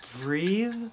Breathe